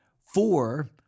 four